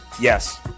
yes